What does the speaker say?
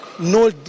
No